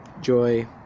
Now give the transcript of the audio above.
joy